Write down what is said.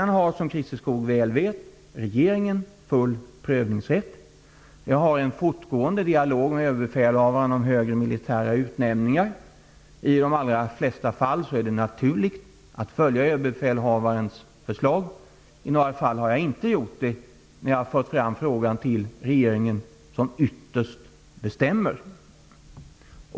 Som Christer Skoog väl vet, har sedan regeringen full prövningsrätt. Jag har en fortgående dialog med överbefälhavaren om högre militära utnämningar. I de allra flesta fall är det naturligt att följa överbefälhavarens förslag. Men i några fall har jag inte gjort det när jag har fört fram frågan till regeringen, som ytterst bestämmer.